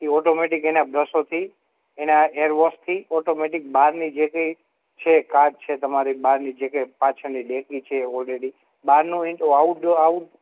એ automatic એને બ્રશોથી એના એર વોશથી ઓટોમેટિક બહારની જે કંઇ છે કાચ છે તમારે બહારની જે કંઇ પાછળની ડેકી છે ઓલરેડી બહારનો ઇન્ડો આઉટડોર આઉટ